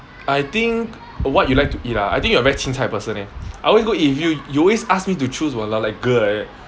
I think uh what you like to eat ah I think you are a very qingcai person leh I always go eat with you you always ask me to choose !walao! like girl like that